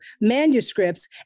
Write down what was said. manuscripts